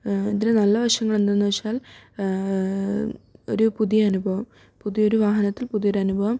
ഇതിന് നല്ല വശങ്ങൾ എന്തെന്ന് വെച്ചാൽ ഒരു പുതിയ അനുഭവം പുതിയ ഒരു വാഹനത്തിൽ പുതിയൊരു അനുഭവം